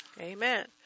Amen